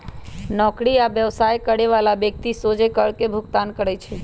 नौकरी आ व्यवसाय करे बला व्यक्ति सोझे कर के भुगतान करइ छै